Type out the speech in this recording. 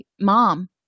mom